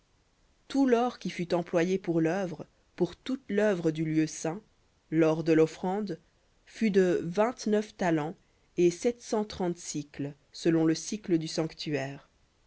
tout l'or qui fut employé pour l'œuvre pour toute l'œuvre du lieu saint l'or de l'offrande fut de vingt-neuf talents et sept cent trente sicles selon le sicle du sanctuaire